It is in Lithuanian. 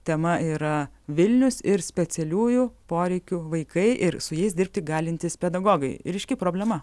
tema yra vilnius ir specialiųjų poreikių vaikai ir su jais dirbti galintys pedagogai ryški problema